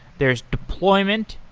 there is deployment,